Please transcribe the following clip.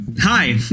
Hi